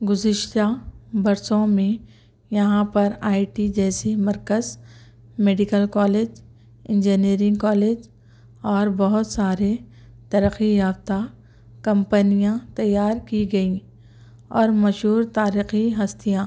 گزشتہ برسوں میں یہاں پر آئی ٹی جیسی مرکز میڈکل کالج انجینئرنگ کالج اور بہت سارے ترقی یافتہ کمپنیاں تیار کی گئیں اور مشہور تاریخی ہستیاں